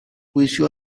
juicio